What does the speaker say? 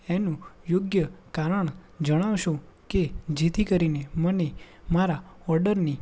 એનું યોગ્ય કારણ જણાવશો કે જેથી કરીને મને મારા ઓર્ડરની